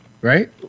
Right